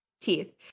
teeth